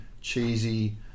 cheesy